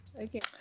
okay